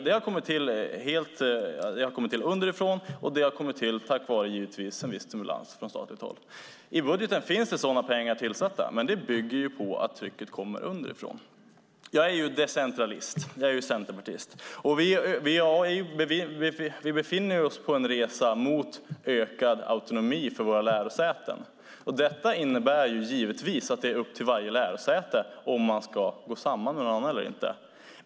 Det samarbetet har kommit till underifrån, och det har givetvis kommit till tack vare en viss stimulans från statligt håll. I budgeten finns sådana pengar avsatta, men det bygger på att trycket kommer underifrån. Jag är decentralist, jag är ju centerpartist. Vi befinner oss på en resa mot ökad autonomi för våra lärosäten. Detta innebär givetvis att det är upp till varje lärosäte att bestämma om man ska gå samman med någon annan eller inte.